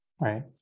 Right